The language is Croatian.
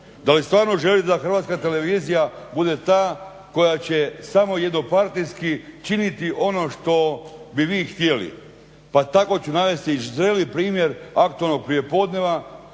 Da li stvarno želite da HTV bude ta koja će samo jednopartijski činiti ono što bi vi htjeli. Pa tako ću navesti zreli primjer aktualnog prijepodneva